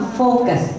focus